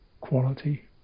quality